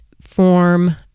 form